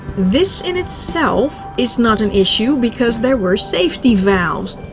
this, in itself, is not an issue because there were safety valves.